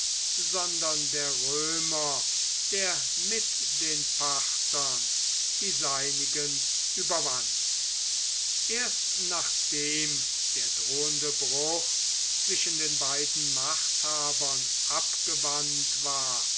sondern der römer der mit den parthern die seinigen überwand erst nachdem der drohende bruch zwischen den beiden machthabern abgewandt war